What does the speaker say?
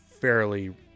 fairly